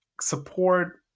support